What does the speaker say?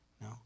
No